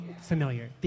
familiar